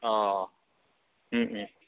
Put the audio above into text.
अ